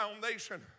foundation